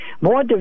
More